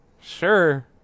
sure